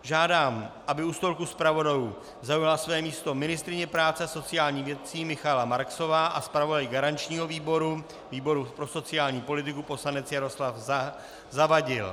Žádám, aby u stolku zpravodajů zaujala své místo ministryně práce a sociálních věcí Michaela Marksová a zpravodaj garančního výboru, výboru pro sociální politiku, poslanec Jaroslav Zavadil.